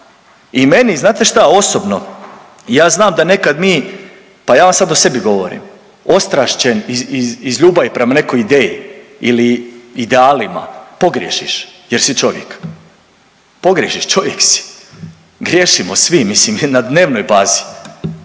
I meni znate šta osobno ja znam da nekad mi, pa ja vam sad o sebi govorim ostrašćen iz ljubavi prema nekoj ideji ili idealima pogriješiš jer si čovjek, pogriješiš čovjek si. Griješimo svi mislim i na dnevnoj bazi,